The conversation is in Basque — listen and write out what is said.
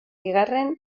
bigarren